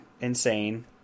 insane